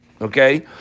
Okay